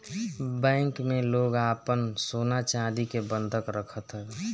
bank में लोग आपन सोना चानी के बंधक रखत हवे